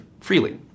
freely